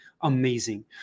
amazing